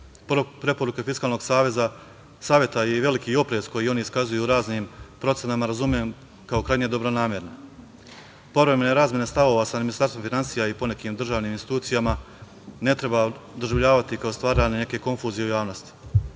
Preporuke Fiskalnog saveta i veliki oprez koji iskazuju u raznim procenama razumem kao krajnje dobronameran. Povremene razmene stavova sa Ministarstvom finansija i ponekim državnim institucijama ne treba doživljavati kao stvaranje neke konfuzije u javnosti. Često